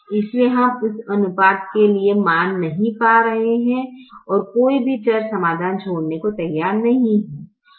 इसलिए हम इस अनुपात के लिए मान नहीं पा रहे हैं और कोई भी चर समाधान छोड़ने को तैयार नहीं है